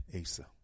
Asa